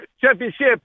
championship